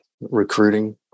recruiting